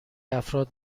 افراد